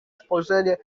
spojrzenie